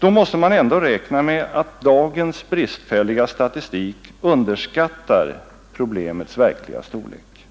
Då måste man ändå räkna med att dagens bristfälliga statistik underskattar problemets verkliga storlek.